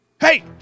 Hey